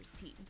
team